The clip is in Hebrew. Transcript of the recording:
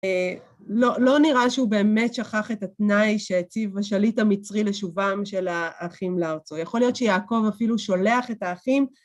אה... לא... לא נראה שהוא באמת שכח את התנאי שהציב השליט המצרי לשובם של האחים לארצו. יכול להיות שיעקב אפילו שולח את האחים